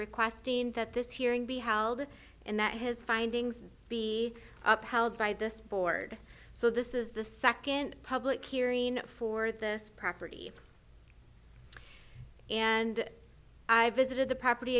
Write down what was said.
requesting that this hearing be held and that his findings be upheld by this board so this is the second public hearing for this property and i visited the property